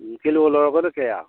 kilo ꯂꯧꯔꯒꯅ ꯀꯌꯥ